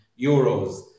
euros